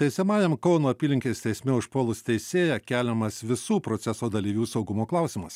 teisiamajam kauno apylinkės teisme užpuolus teisėją keliamas visų proceso dalyvių saugumo klausimas